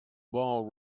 ball